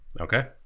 Okay